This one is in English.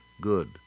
good